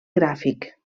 gràfic